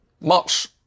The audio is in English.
March